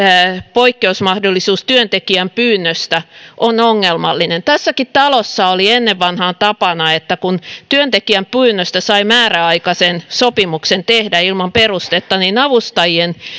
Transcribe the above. poikkeusmahdollisuus työntekijän pyynnöstä on ongelmallinen tässäkin talossa oli ennen vanhaan tapana että kun työntekijän pyynnöstä sai määräaikaisen sopimuksen tehdä ilman perustetta niin avustajien